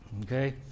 Okay